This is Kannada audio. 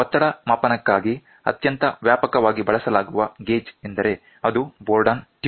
ಒತ್ತಡ ಮಾಪನಕ್ಕಾಗಿ ಅತ್ಯಂತ ವ್ಯಾಪಕವಾಗಿ ಬಳಸಲಾಗುವ ಗೇಜ್ ಎಂದರೆ ಅದು ಬೋರ್ಡನ್ ಟ್ಯೂಬ್